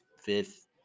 fifth